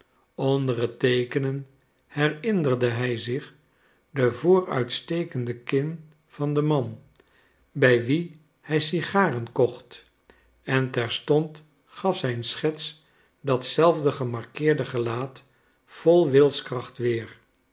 het teekenen herinnerde hij zich de vooruitstekende kin van den man bij wien bij sigaren kocht en terstond gaf zijn schets datzelfde gemarkeerde gelaat vol wilskracht weer